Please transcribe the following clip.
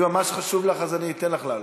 אם ממש חשוב לך, אני אתן לך לעלות.